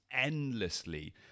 endlessly